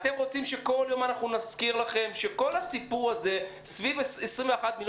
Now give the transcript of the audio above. אתם רוצים שכל יום נזכיר לכם שכל הסיפור הזה סביב 21 מיליון